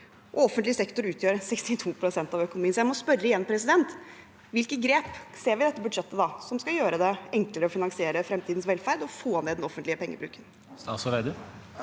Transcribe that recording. offentlig sektor utgjør 62 pst. av økonomien. Jeg må spørre igjen: Hvilke grep ser vi i dette budsjettet som skal gjøre det enklere å finansiere fremtidens velferd og få ned den offentlige pengebruken?